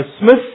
Smith